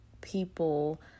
people